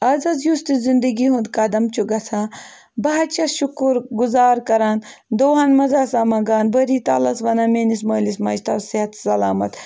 آز حظ یُس تہِ زِندگی ہُنٛد قدم چھُ گژھان بہٕ حظ چھَس شُکُر گُزار کَران دُعاہَن منٛز آسان منٛگان بٲری تعلہَس وَنان میٲنِس مٲلِس ماجہِ تھاو صحت سَلامَت